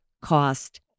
cost